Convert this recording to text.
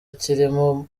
kirimo